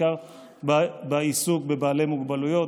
בעיקר בעיסוק בבעלי מוגבלויות.